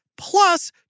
plus